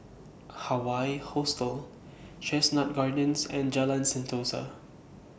Hawaii Hostel Chestnut Gardens and Jalan Sentosa